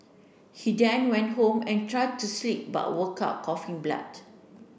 he then went home and tried to sleep but woke up coughing blood